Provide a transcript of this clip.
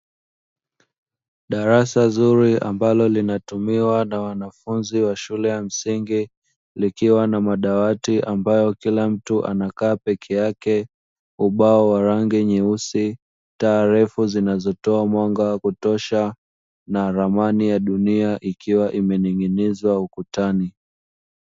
Darasa zuri ambalo linatumiwa na wanafunzi wa shule ya msingi, likiwa na madawati ambayo kila mtu anakaa pekeyake, ubao wa rangi nyeusi, taa refu zinazotoa mwanga wa kutosha na ramani ya Dunia ikiwa imening'inizwa ukutani.